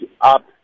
up